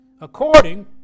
According